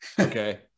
Okay